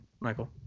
michael